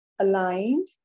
aligned